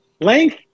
length